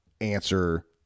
answer